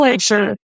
sure